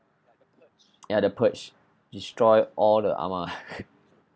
ya the purge destroy all the amah